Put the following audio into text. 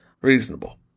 Reasonable